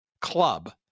club